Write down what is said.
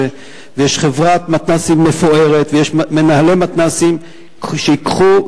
ויש חברת מתנ"סים מפוארת ויש מנהלי מתנ"סים שייקחו.